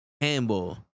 handball